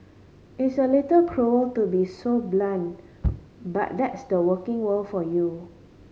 it's a little cruel to be so blunt but that's the working world for you